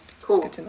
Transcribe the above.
cool